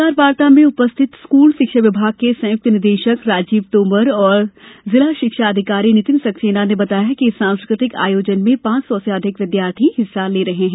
पत्रकारवार्ता में उपस्थित स्कूल शिक्षा विभाग के संयुक्त निदेशक राजीव ंतोमर और जिला शिक्षा अधिकारी नितिन सक्सेना ने बताया कि इस सांस्कृतिक आयोजन में पांच सौ से अधिक विद्यार्थी हिस्सा ले रहे हैं